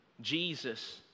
Jesus